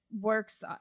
works